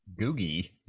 Googie